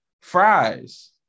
fries